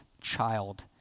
child